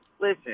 listen